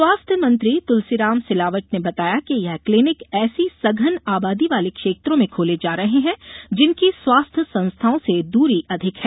स्वास्थ्य मंत्री तुलसीराम सिलावट ने बताया कि यह क्लीनिक ऐसी सघन आबादी वाले क्षेत्रों में खोले जा रहे हैं जिनकी स्वास्थ्य संस्थाओं से दूरी अधिक है